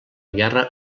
guerra